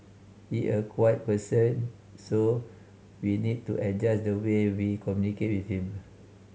he a quiet person so we need to adjust the way we communicate with him